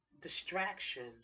distractions